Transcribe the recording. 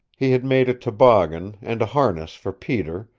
he had made a toboggan, and a harness for peter,